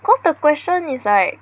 cause the question is like